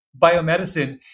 biomedicine